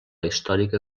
històrica